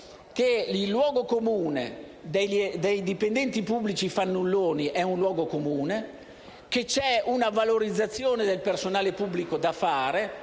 che il luogo comune dei dipendenti pubblici fannulloni è, appunto, un luogo comune e che c'è una valorizzazione del personale pubblico da fare.